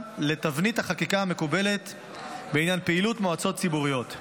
לתבנית החקיקה המקובלת בעניין פעילות מועצות ציבוריות.